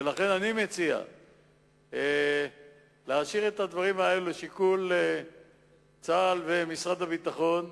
ולכן אני מציע להשאיר את הדברים האלה לשיקול צה"ל ומשרד הביטחון,